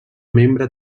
membre